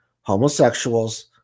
homosexuals